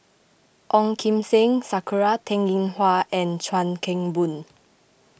Ong Kim Seng Sakura Teng Ying Hua and Chuan Keng Boon